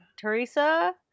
Teresa